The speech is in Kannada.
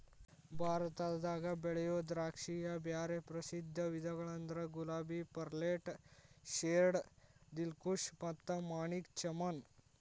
ಭಾರತದಾಗ ಬೆಳಿಯೋ ದ್ರಾಕ್ಷಿಯ ಬ್ಯಾರೆ ಪ್ರಸಿದ್ಧ ವಿಧಗಳಂದ್ರ ಗುಲಾಬಿ, ಪರ್ಲೆಟ್, ಶೇರ್ಡ್, ದಿಲ್ಖುಷ್ ಮತ್ತ ಮಾಣಿಕ್ ಚಮನ್